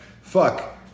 fuck